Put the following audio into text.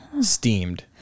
Steamed